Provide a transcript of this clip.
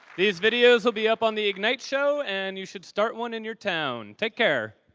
these videos will be up on the ignite show and you should start one in your town. take care.